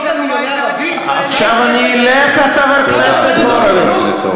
עכשיו אני אליך, חבר הכנסת הורוביץ.